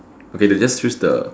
okay they just choose the